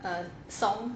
the song